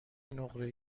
نقره